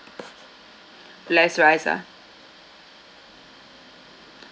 less rice ah